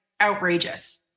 outrageous